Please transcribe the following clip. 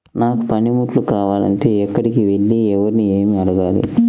నాకు పనిముట్లు కావాలి అంటే ఎక్కడికి వెళ్లి ఎవరిని ఏమి అడగాలి?